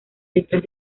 detrás